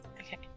Okay